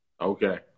Okay